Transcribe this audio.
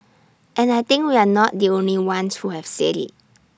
and I think we're not the only ones who have said IT